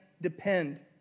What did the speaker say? depend